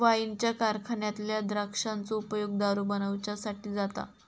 वाईनच्या कारखान्यातल्या द्राक्षांचो उपयोग दारू बनवच्यासाठी जाता